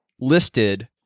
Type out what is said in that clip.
listed